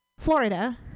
Florida